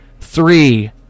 three